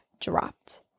dropped